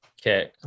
Okay